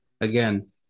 again